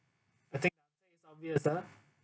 I think it's obvious ah